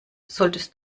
solltest